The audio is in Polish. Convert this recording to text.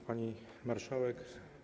Pani Marszałek!